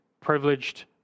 privileged